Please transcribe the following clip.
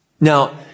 Now